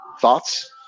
thoughts